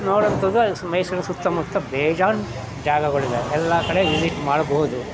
ನೋಡೋಂಥದ್ದು ಅಲ್ಲಿ ಸು ಮೈಸೂರು ಸುತ್ತಮುತ್ತ ಬೇಜಾನು ಜಾಗಗಳಿವೆ ಎಲ್ಲ ಕಡೆ ವಿಸಿಟ್ ಮಾಡಬಹುದು